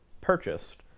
purchased